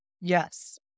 Yes